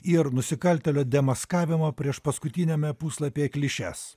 ir nusikaltėlio demaskavimo priešpaskutiniame puslapyje klišes